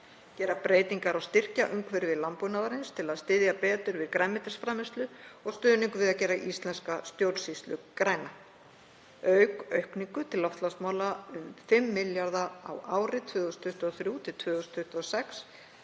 gera breytingar á styrkjaumhverfi landbúnaðarins til að styðja betur við grænmetisframleiðslu og stuðningur við að gera íslenska stjórnsýslu græna. Auk aukningar til loftslagsmála um 5 milljarða kr. á ári 2023–2026